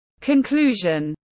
Conclusion